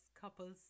Couples